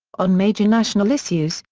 on major national issues,